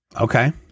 Okay